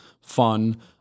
fun